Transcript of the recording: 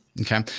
Okay